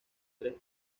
tres